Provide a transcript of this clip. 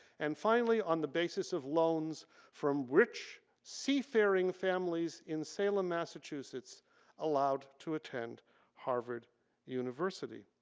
and finally on the basis of loans from rich seafaring families in salem, massachusetts allowed to attend harvard university,